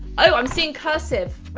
oh, i'm seeing cursive, ah,